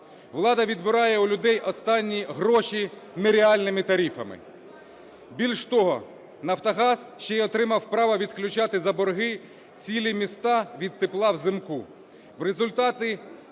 влада відбирає у людей останні гроші нереальними тарифами. Більш того, "Нафтогаз" ще і отримав право відключати за борги цілі міста від тепла взимку.